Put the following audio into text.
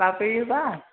लांफैयोबा